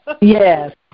Yes